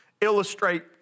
illustrate